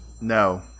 No